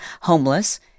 homeless